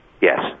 Yes